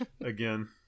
again